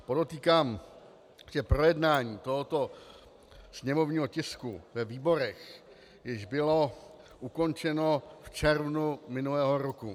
Podotýkám, že projednání tohoto sněmovního ve výborech již bylo ukončeno v červnu minulého roku.